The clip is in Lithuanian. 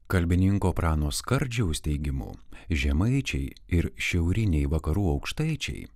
kalbininko prano skardžiaus teigimu žemaičiai ir šiauriniai vakarų aukštaičiai